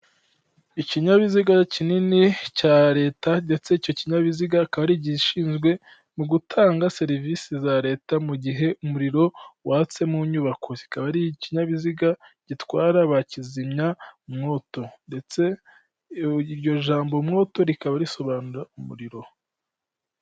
Ikinyabiziga kinini cya leta, ndetse icyo kinyabiziga akaba ari igishinzwe mu gutanga serivisi za leta, mu gihe umuriro watse mu nyubako, kikaba ari ikinyabiziga gitwara bakizimyamwoto, ndetse iryo jambo mwoto rikaba risobanura umuriro.